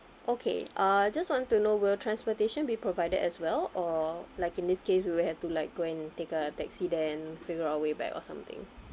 okay uh just want to know will transportation be provided as well or like in this case we will have to like go and take a taxi there and figure out a way back or something